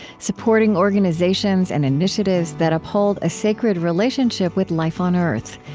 supporting organizations and initiatives that uphold a sacred relationship with life on earth.